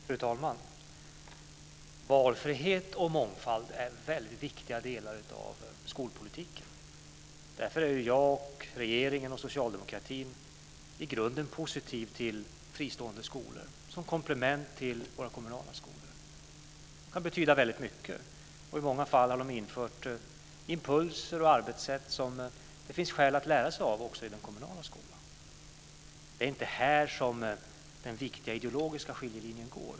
Fru talman! Valfrihet och mångfald är väldigt viktiga delar av skolpolitiken. Därför är jag, regeringen och socialdemokratin i grunden positiva till fristående skolor som komplement till våra kommunala skolor. De kan betyda väldigt mycket. I många fall har de infört impulser och arbetssätt som det finns skäl att lära sig av också i den kommunala skolan. Det är inte här som den viktiga ideologiska skiljelinjen går.